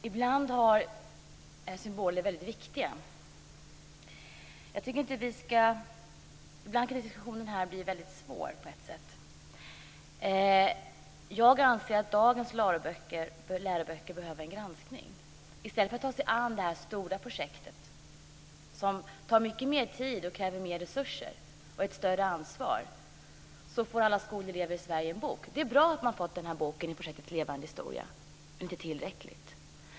Fru talman! Ibland är symboler väldigt viktiga och ibland kan diskussionen här på ett sätt bli väldigt svår. Jag anser att dagens läroböcker behöver en granskning. I stället för att ta sig an det här stora projektet, som tar mycket mer tid och som kräver mer resurser och ett större ansvar, får alla skolelever i Sverige en bok. Det är bra att man har fått boken i projektet Levande historia men det är inte tillräckligt.